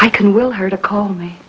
i can will her to call me